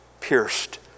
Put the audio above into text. pierced